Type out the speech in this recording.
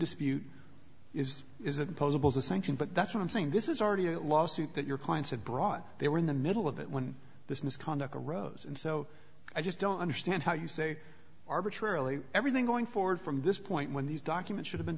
dispute is isn't posable to sanction but that's why i'm saying this is already a lawsuit that your clients have brought they were in the middle of it when this misconduct arose and so i just don't understand how you say arbitrarily everything going forward from this point when these documents should've been